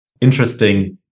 interesting